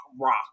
rock